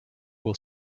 will